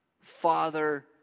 Father